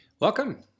Welcome